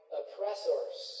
oppressors